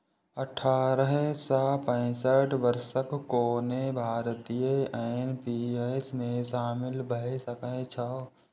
अठारह सं पैंसठ वर्षक कोनो भारतीय एन.पी.एस मे शामिल भए सकै छै